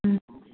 ꯎꯝ